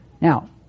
Now